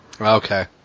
Okay